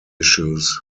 issues